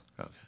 Okay